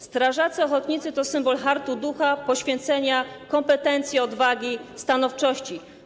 Strażacy ochotnicy to symbol hartu ducha, poświęcenia, kompetencji, odwagi, stanowczości.